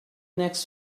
next